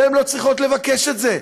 והן לא צריכות לבקש את זה,